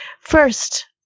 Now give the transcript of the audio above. first